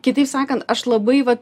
kitaip sakant aš labai va